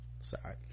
Sorry